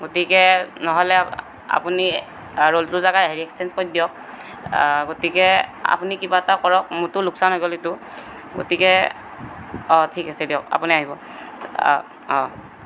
গতিকে নহ'লে আপুনি ৰোলটোৰ জেগাত এক্সেঞ্চ কৰি দিয়ক গতিকে আপুনি কিবা এটা কৰক মোৰটো লোকচান হৈ গ'ল এইটো গতিকে ঠিক আছে দিয়ক আপুনি আহিব